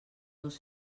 dos